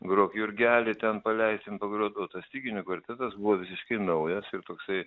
grok jurgeli ten paleisim pagrot o tas styginių kvartetas buvo visiškai naujas ir toksai